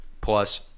plus